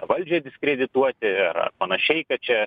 valdžią diskredituoti ir panašiai kad čia